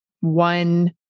one